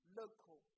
local